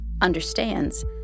understands